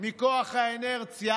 מכוח האינרציה,